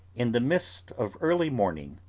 in the mist of early morning,